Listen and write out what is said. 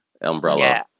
umbrella